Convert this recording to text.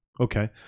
Okay